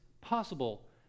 possible